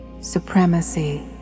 supremacy